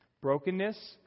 Brokenness